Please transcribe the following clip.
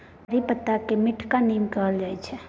करी पत्ताकेँ मीठका नीम कहल जाइत छै